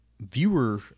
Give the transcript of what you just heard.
viewer